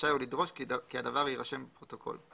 רשאי הוא לדרוש כי הדבר יירשם בפרוטוקול.